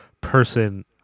person